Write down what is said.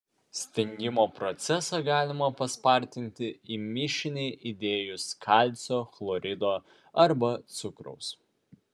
stingimo procesą galima paspartinti į mišinį įdėjus kalcio chlorido arba cukraus